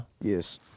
Yes